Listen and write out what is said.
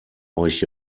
euch